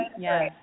Yes